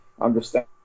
understand